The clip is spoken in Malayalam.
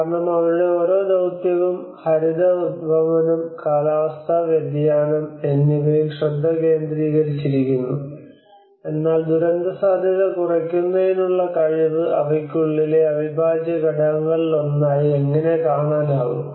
കാരണം അവരുടെ ഓരോ ദൌത്യവും ഹരിത ഉദ്വമനം കാലാവസ്ഥാ വ്യതിയാനം എന്നിവയിൽ ശ്രദ്ധ കേന്ദ്രീകരിച്ചിരിക്കുന്നു എന്നാൽ ദുരന്തസാധ്യത കുറയ്ക്കുന്നതിനുള്ള കഴിവ് അവയ്ക്കുള്ളിലെ അവിഭാജ്യ ഘടകങ്ങളിലൊന്നായി എങ്ങനെ കാണാനാകും